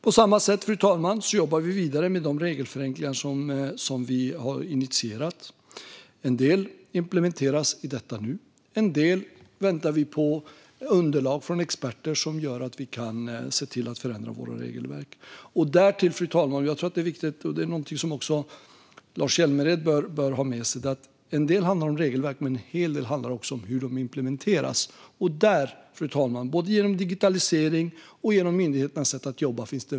På samma sätt, fru talman, jobbar vi vidare med de regelförenklingar som vi har initierat. En del implementeras i detta nu. I en del fall väntar vi på underlag från experter som gör att vi kan förändra regelverken. Därtill, fru talman, är det viktigt att tänka på - och det är någonting som också Lars Hjälmered bör ha med sig - att även om en del handlar om regelverk handlar en hel del också om hur de implementeras. Där finns det väldigt mycket att göra, både med digitalisering och med myndigheternas sätt att jobba.